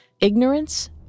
ignorance